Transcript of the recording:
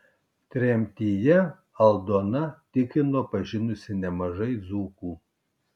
tremtyje aldona tikino pažinusi nemažai dzūkų